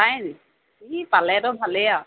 পায়নি ই পালেতো ভালেই আৰু